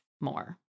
more